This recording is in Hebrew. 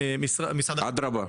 אדרבה.